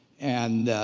and